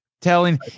telling